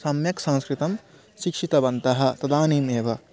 सम्यक् संस्कृतं शिक्षितवन्तः तदानीमेव